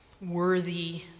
worthy